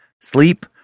Sleep